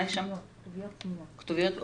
כתוביות.